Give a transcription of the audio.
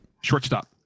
shortstop